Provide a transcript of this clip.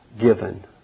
given